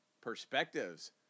Perspectives